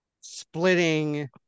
splitting